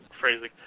phrasing